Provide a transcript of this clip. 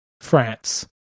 France